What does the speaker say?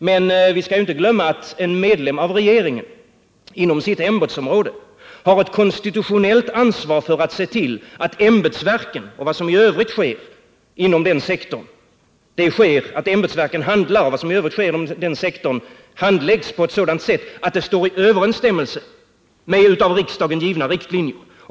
Men vi skall inte glömma att en medlem av regeringen inom sitt ämnesområde har konstitutionellt ansvar för att se till att ärenden inom den sektorn handläggs av ämbetsverken på ett sådant sätt att det står i överensstämmelse med av riksdagen givna riktlinjer.